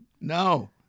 No